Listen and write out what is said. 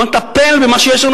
ובואו נטפל במה שיש לנו.